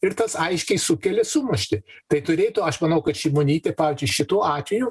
ir tas aiškiai sukelia sumaištį tai turėtų aš manau kad šimonytė pavyzdžiui šituo atveju